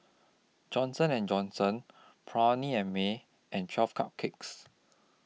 Johnson and Johnson Perllini and Mel and twelve Cupcakes